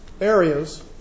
Areas